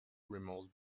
removed